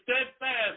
steadfast